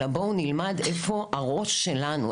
אלא בואו נלמד איפה הראש שלנו,